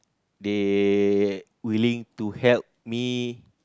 they willing to help me